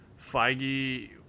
Feige